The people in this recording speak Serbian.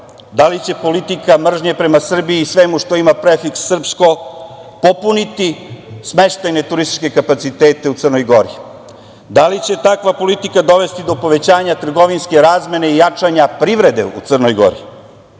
Da li će politika mržnje prema Srbiji i svemu što ima prefiks srpsko popuniti smeštajne turističke kapacitete u Crnoj Gori? Da li će takva politika dovesti do povećanja trgovinske razmene i jačanja privrede u Crnoj Gori?